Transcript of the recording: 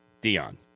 Dion